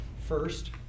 first